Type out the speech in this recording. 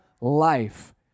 life